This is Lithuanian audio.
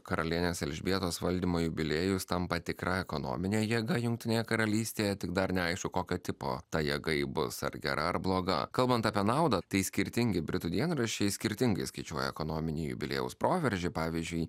karalienės elžbietos valdymo jubiliejus tampa tikra ekonomine jėga jungtinėje karalystėje tik dar neaišku kokio tipo ta jėga ji bus ar gera ar bloga kalbant apie naudą tai skirtingi britų dienraščiai skirtingai skaičiuoja ekonominį jubiliejaus proveržį pavyzdžiui